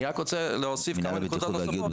אני רק רוצה להוסיף כמה נקודות נוספות,